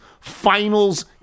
finals